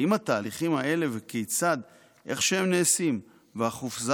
האם התהליכים האלה וכיצד איך שהם נעשים והחופזה